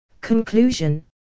Conclusion